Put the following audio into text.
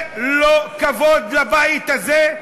זה לא כבוד לבית הזה,